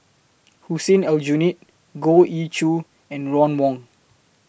Hussein Aljunied Goh Ee Choo and Ron Wong